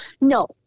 no